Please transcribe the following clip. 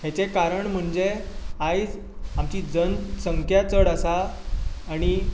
हेचें कारण म्हणजे आयज आमची जनसंख्या चड आसा आनी